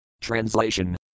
Translation